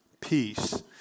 peace